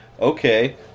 Okay